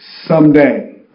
someday